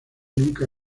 nunca